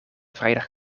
vrijdag